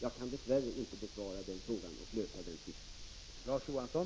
Jag kan dess värre inte besvara den frågan och lösa den tvisten.